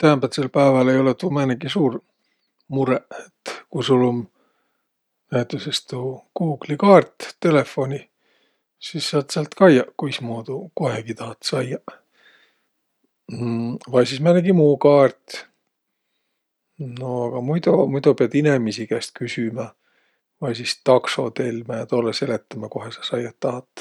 Täämbätsel pääväl ei olõq tuu määnegi suur murõq. Et ku sul näütüses tuu Google'i kaart telefonih, sis saat säält kaiaq, kuismuudu kohegi tahat saiaq. Vai sis määnegi muu kaart. No aga muido, muido piät inemiisi käest küsümä vai sis takso telmä ja toolõ seletämä, kohe sa saiaq tahat.